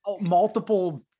multiple